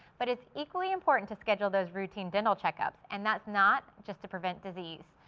but it's equally important to schedule those routine dental checkups, and that's not just to prevent disease.